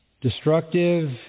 destructive